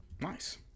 Nice